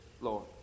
Lord